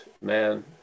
man